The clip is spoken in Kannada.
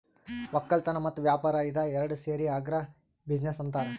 ವಕ್ಕಲತನ್ ಮತ್ತ್ ವ್ಯಾಪಾರ್ ಇದ ಏರಡ್ ಸೇರಿ ಆಗ್ರಿ ಬಿಜಿನೆಸ್ ಅಂತಾರ್